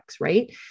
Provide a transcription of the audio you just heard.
right